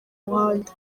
muhanda